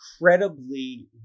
incredibly